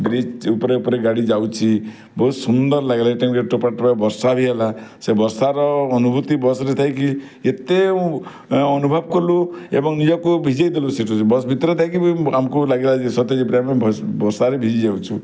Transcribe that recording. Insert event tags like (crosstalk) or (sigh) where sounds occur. bridge ଉପରେ ଉପରେ ଗାଡ଼ି ଯାଉଛି ବହୁତ ସୁନ୍ଦର ଲାଗିଲା ଏଇ ଟାଇମ୍ ରେ ଟୋପା ଟୋପା ବର୍ଷା ବି ହେଲା ସେ ବର୍ଷାର ଅନୁଭୂତି ବସ୍ ରେ ଥାଇକି ଏତେ ଅନୁଭବ କଲୁ ଏବଂ ନିଜକୁ ଭିଜେଇ ଦେଲୁ ସିଟ୍ ରେ (unintelligible) ବସ୍ ଭିତରେ ଥାଇକି ବି ଆମୁକୁ ଲାଗିଲା ଯେ ସତେ ଯେପରି ଆମେ ବର୍ଷାରେ ଭିଜିଯାଉଛୁ